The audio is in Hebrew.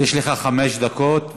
יש לך חמש דקות.